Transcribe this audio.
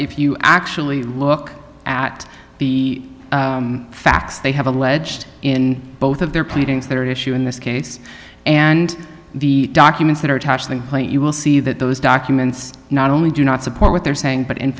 if you actually look at the facts they have alleged in both of their pleadings that issue in this case and the documents that are attached what you will see that those documents not only do not support what they're saying but in